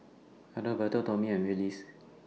Adalberto Tomie and Willis